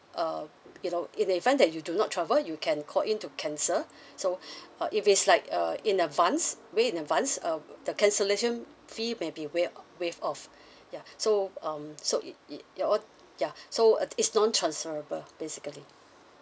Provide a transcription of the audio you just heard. uh you know in the event that you do not travel you can call in to cancel so uh if it's like uh in advance way in advance um the cancellation fee maybe wai~ waived off ya so um so it it that one ya so it's non transferable basically